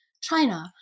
China